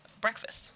breakfast